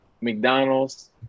McDonald's